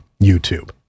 YouTube